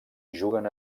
juguen